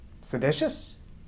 seditious